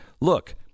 look